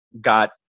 got